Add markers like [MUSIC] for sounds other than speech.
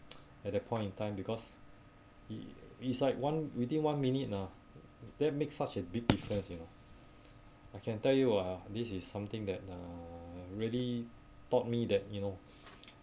[NOISE] at that point in time because i~ is like one within one minute ah that makes such a big difference you know I can tell you ah this is something that uh really taught me that you know